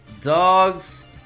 dogs